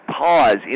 pause